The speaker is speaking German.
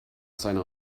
seiner